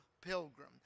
Pilgrim